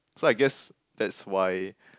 so I guess that's why